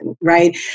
right